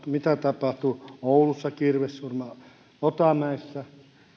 mitä tapahtui oulussa kirvessurma otanmäessä